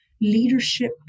leadership